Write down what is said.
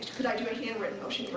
could i do a handwritten motion?